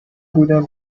بودم